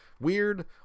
weird